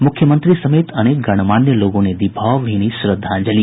मुख्यमंत्री समेत अनेक गणमान्य लोगों ने दी भावभीनी श्रद्वांजलि